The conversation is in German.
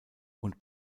und